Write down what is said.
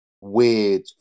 weird